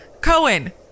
Cohen